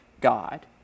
God